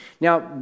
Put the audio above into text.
Now